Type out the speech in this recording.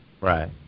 Right